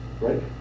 right